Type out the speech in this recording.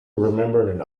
remembered